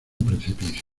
precipicio